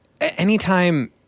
anytime